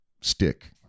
stick